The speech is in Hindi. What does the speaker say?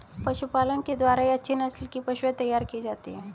पशुपालन के द्वारा ही अच्छे नस्ल की पशुएं तैयार की जाती है